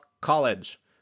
college